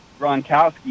Gronkowski